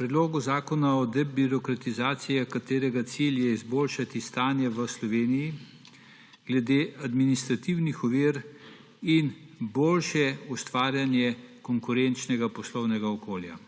Predlogu zakona o debirokratizaciji, katerega cilj je izboljšati stanje v Sloveniji glede administrativnih ovir in boljše ustvarjanje konkurenčnega poslovnega okolja.